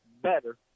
better